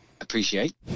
appreciate